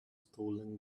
stolen